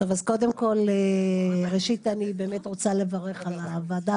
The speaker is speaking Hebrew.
כל ראשית אני באמת רוצה לברך על הוועדה